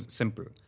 simple